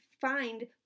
find